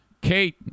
Kate